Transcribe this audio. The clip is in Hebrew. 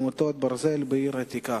לנסות לאתר אותם, אבל הם עדיין לא יצרו קשר.